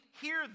hear